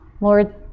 Lord